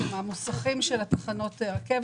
המוסכים של תחנות הרכבת,